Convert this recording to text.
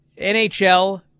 NHL